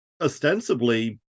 ostensibly